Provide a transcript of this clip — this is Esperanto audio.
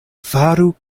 faru